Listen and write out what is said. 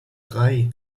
drei